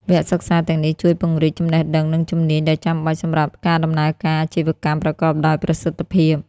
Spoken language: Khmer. វគ្គសិក្សាទាំងនេះជួយពង្រីកចំណេះដឹង និងជំនាញដែលចាំបាច់សម្រាប់ការដំណើរការអាជីវកម្មប្រកបដោយប្រសិទ្ធភាព។